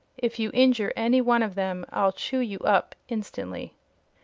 if you injure any one of them i'll chew you up instantly.